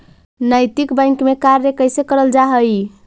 नैतिक बैंक में कार्य कैसे करल जा हई